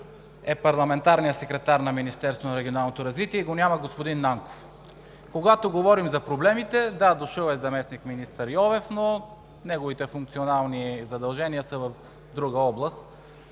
е парламентарният секретар на Министерството на регионалното развитие и благоустройството и го няма господин Нанков, когато говорим за проблемите. Да, дошъл е заместник-министър Йовев, но неговите функционални задължения са в друга област.